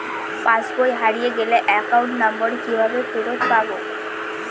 পাসবই হারিয়ে গেলে account number কিভাবে ফেরত পাব?